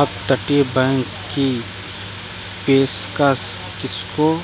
अपतटीय बैंक की पेशकश किसको